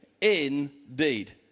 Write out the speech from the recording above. indeed